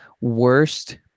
worst